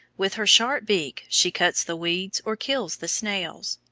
with her sharp beak she cuts the weeds or kills the snails.